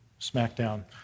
smackdown